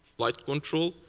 like control,